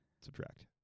subtract